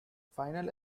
final